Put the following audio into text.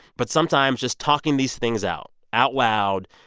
but sometimes just talking these things out, out loud,